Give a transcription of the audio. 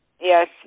Yes